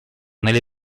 nelle